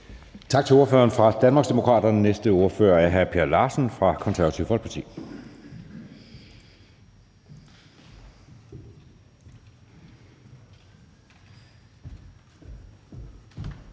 Tak til ordføreren fra Danmarksdemokraterne. Den næste ordfører er hr. Per Larsen fra Det Konservative Folkeparti. Kl.